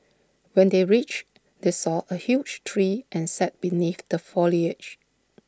when they reached they saw A huge tree and sat beneath the foliage